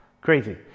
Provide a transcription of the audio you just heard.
crazy